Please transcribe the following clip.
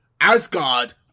Asgard